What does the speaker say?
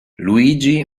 luigi